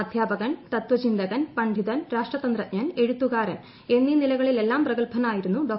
അദ്ധ്യാപകൻ തത്തചിന്തകൻ പണ്ഡിതൻ രാഷ്ട്രത്ത്തജ്ഞൻ എഴുത്തുകാരൻ എന്നീ നിലകളിലെല്ലാം പ്രഗത്ഭനായിരുന്നു ഡോ